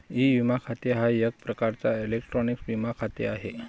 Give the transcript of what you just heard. E विमा खाते हा एक प्रकारचा इलेक्ट्रॉनिक विमा खाते आहे